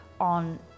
on